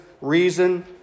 reason